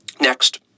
Next